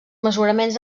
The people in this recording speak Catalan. mesuraments